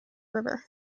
river